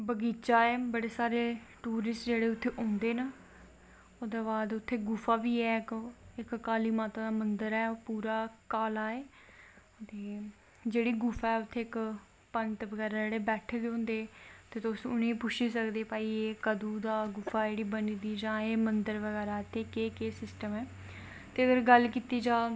ते उत्थें अक आक्खेआ जंदा कि उत्थें इक बारी शिवजी ते पार्वती गंगा च जा दे हे ते शिव जी दी मनी किरी गेआ ते पार्वती दा इक कांटा किरी गेआ ते इस करी ओह्दा नांऽ पेआ मनी करनिका शिव जी दी मनी ते पार्वती जी दा कांटा किरी गेआ हा तां ओह् नांऽ पेा हा मनिकरनिका ते इक करियै